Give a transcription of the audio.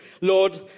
Lord